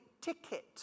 ticket